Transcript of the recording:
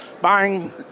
buying